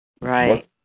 Right